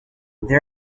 there